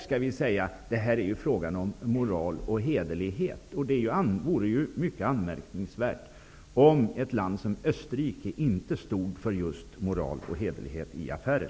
Det är ju här fråga om moral och hederlighet. Det vore mycket anmärkningsvärt om ett land som Österrike inte stod för just moral och hederlighet i affärer.